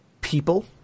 people